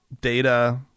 data